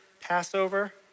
Passover